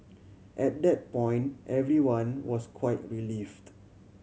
at that point everyone was quite relieved